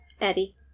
Eddie